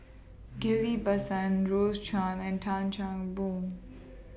Ghillie BaSan Rose Chan and Tan Chan Boon